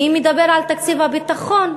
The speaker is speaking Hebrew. מי מדבר על תקציב הביטחון,